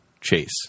chase